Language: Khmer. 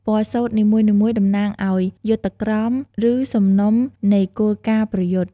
ពណ៌សូត្រនីមួយៗតំណាងឱ្យ យុទ្ធក្រម ឬសំណុំនៃគោលការណ៍ប្រយុទ្ធ។